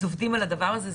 אז עובדים על הדבר הזה.